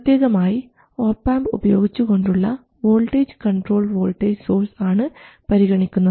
പ്രത്യേകമായി ഒപാംപ് ഉപയോഗിച്ചുകൊണ്ടുള്ള voltage controlled voltage source ആണ് പരിഗണിക്കുന്നത്